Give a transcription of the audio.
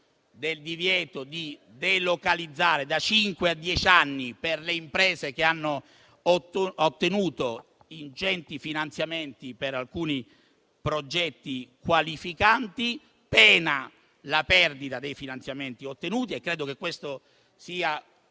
del divieto di delocalizzare per le imprese che hanno ottenuto ingenti finanziamenti per alcuni progetti qualificati, pena la perdita dei finanziamenti ottenuti. E credo che questo sia